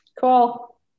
Cool